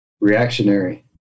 Reactionary